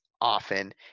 often